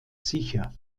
sicher